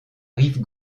rive